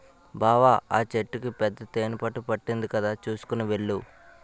బావా ఆ చెట్టుకి పెద్ద తేనెపట్టు పట్టింది కదా చూసుకొని వెళ్ళు